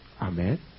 Amen